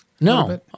No